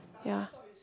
ya